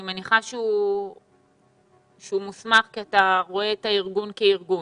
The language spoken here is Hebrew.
אני מניחה שהוא מוסמך כי אתה רואה את הארגון כארגון.